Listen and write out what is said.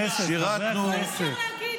מקובל עליי.